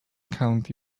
county